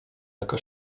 jaka